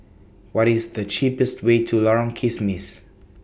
What IS The cheapest Way to Lorong Kismis